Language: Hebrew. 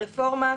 הרפורמה,